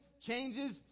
changes